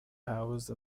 house